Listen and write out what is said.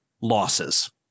losses